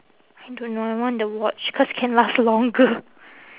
don't know I want the watch cause can last longer